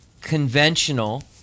conventional